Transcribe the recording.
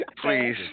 Please